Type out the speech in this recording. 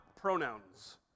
pronouns